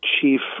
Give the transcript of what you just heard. chief